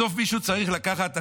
בסוף מישהו צריך לקחת אחריות.